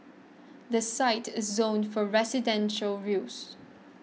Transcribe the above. the site is zoned for residential use